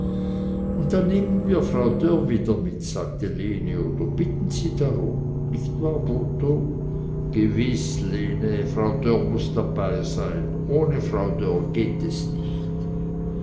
und dann nehmen wir frau dörr wieder mit sagte lene oder bitten sie darum nicht wahr botho gewiß lene frau dörr muß immer dabeisein ohne frau dörr geht es nicht